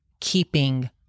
keeping